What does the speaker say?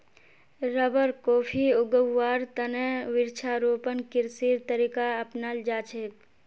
rubber, coffee उगव्वार त न वृक्षारोपण कृषिर तरीका अपनाल जा छेक